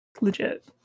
legit